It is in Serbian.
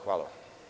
Hvala.